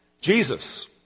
Jesus